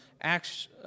Acts